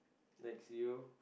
next you